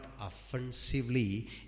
offensively